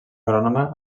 agrònoma